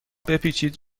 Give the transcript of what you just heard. بپیچید